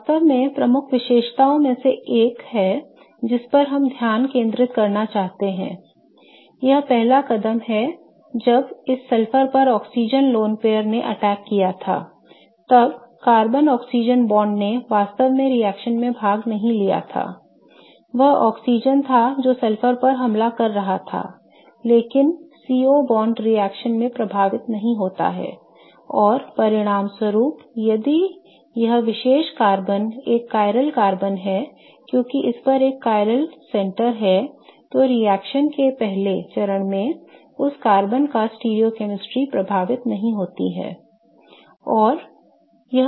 वास्तव में प्रमुख विशेषताओं में से एक है जिस पर हम ध्यान केंद्रित करना चाहते हैं यह पहला कदम है जब इस सल्फर पर ऑक्सीजन लोन पेयर ने अटैक किया था तब कार्बन ऑक्सीजन bond ने वास्तव में रिएक्शन में भाग नहीं लिया था वह ऑक्सीजन था जो सल्फर पर हमला कर रहा था लेकिन C O बांड रिएक्शन में प्रभावित नहीं होता है और परिणामस्वरूप यदि यह विशेष कार्बन एक चिरल कार्बन है क्योंकि इस पर एक चिरल केंद्र है तो रिएक्शन के पहले चरण में उस कार्बन का स्टीरियोकैमिस्ट्री प्रभावित नहीं होती है